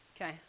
Okay